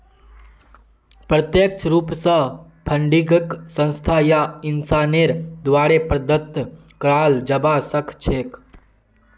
प्रत्यक्ष रूप स फंडिंगक संस्था या इंसानेर द्वारे प्रदत्त कराल जबा सख छेक